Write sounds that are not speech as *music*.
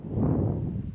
*breath*